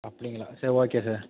அப்படிங்களா சரி okay sir